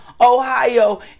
Ohio